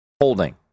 Holding